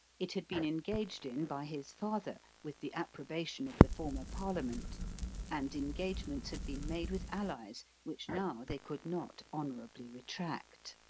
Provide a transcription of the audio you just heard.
it had been engaged in by his father, with the approbation of the former parliament and engagements had been made with allies, which now they could not honorably retract.